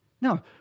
Now